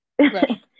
Right